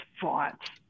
fought